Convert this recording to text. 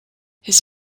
his